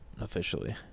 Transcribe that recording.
Officially